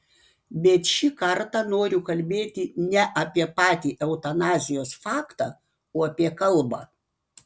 bet šį kartą noriu kalbėti ne apie patį eutanazijos faktą o apie kalbą